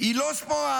היא לא ספורדית.